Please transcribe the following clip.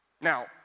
Now